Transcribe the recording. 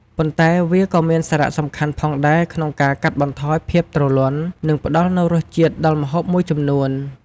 ប៉ុន្តែវាក៏មានសារៈសំខាន់ផងដែរក្នុងការកាត់បន្ថយភាពទ្រលាន់ និងផ្តល់នូវរសជាតិដល់ម្ហូបមួយចំនួន។